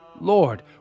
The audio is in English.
Lord